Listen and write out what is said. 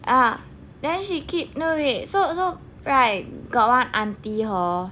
ah then she keep no wait so so right got one aunty hor